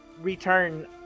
Return